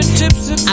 tipsy